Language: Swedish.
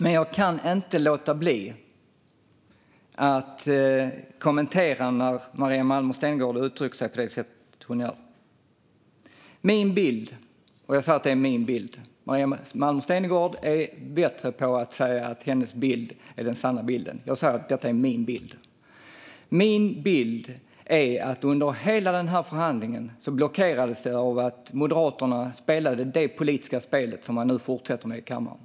Men jag kan inte låta bli att kommentera när Maria Malmer Stenergard uttrycker sig på det sätt som hon gör. Maria Malmer Stenergard är bättre på att säga att hennes bild är den sanna bilden; jag säger att detta är min bild. Min bild är att hela den här förhandlingen blockerades av att Moderaterna spelade det politiska spel som man nu fortsätter med i kammaren.